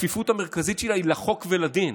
הכפיפות המרכזית שלה היא לחוק ולדין,